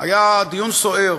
היה דיון סוער,